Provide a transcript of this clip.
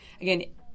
Again